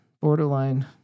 borderline